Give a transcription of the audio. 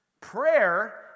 Prayer